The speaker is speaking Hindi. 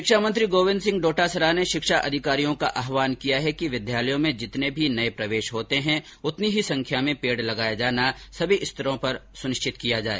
शिक्षा मंत्री गोविन्द सिंह डोटासरा ने शिक्षा अधिकारियों का आहवान किया है कि विद्यालयों में जितने भी नए प्रवेश होते हैं उतनी ही संख्या में पेड़ लगाया जाना सभी स्तरों पर सुनिश्चित किया जाए